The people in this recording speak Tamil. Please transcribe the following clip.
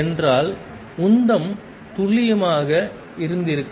என்றால் உந்தம் துல்லியமாக இருந்திருக்கும்